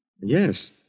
yes